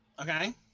Okay